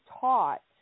taught